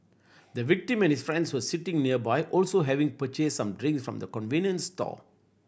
the victim and his friend's were sitting nearby also having purchased some drink from the convenience store